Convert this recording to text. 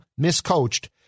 miscoached